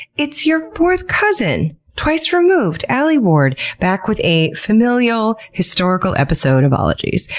it's your fourth cousin twice removed, alie ward, back with a familial, historical episode of ologies.